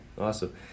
awesome